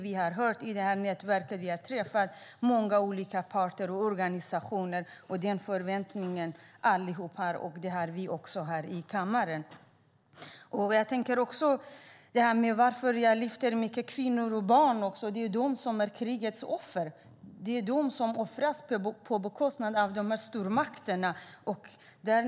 Vi träffade många olika parter och organisationer, och alla förväntar sig det. Det gör även vi i denna kammare. Anledningen till att jag lyfter fram kvinnorna och barnen är att de är krigets offer. Det är de som offras av stormakterna.